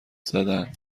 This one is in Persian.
زدن